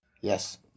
Yes